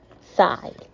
side